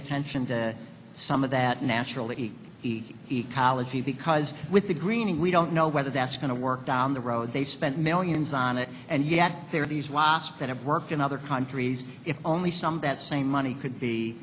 attention to some of that naturally ecology because with the greening we don't know whether that's going to work down the road they spent millions on it and yet there are these wasps that have worked in other countries if only some that same money could be